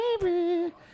baby